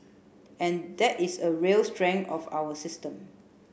and that is a real strength of our system